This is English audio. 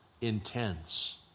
intense